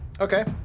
Okay